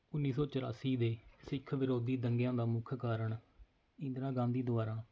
ਉੱਨੀ ਸੌ ਚੁਰਾਸੀ ਦੇ ਸਿੱਖ ਵਿਰੋਧੀ ਦੰਗਿਆਂ ਦਾ ਮੁੱਖ ਕਾਰਨ ਇੰਦਰਾ ਗਾਂਧੀ ਦੁਆਰਾ